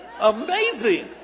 Amazing